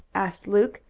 asked luke,